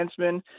defenseman